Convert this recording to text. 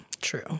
true